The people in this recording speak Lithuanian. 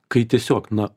kai tiesiog na